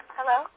Hello